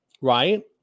right